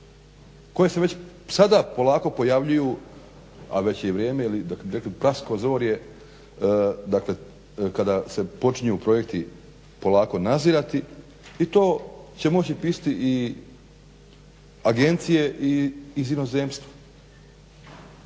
koje se već sada polako pojavljuju, a već je i vrijeme ili da bi rekli praskozorje, dakle kada se počinju projekti polako nazirati i to će moći pisati i agencije iz inozemstva.